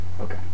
Okay